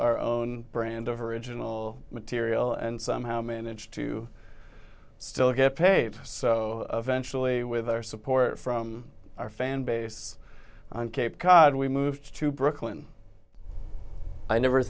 our own brand of original material and somehow managed to still get paid so eventually with our support from our fan base on cape cod we moved to brooklyn i never